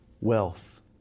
wealth